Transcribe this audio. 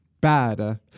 bad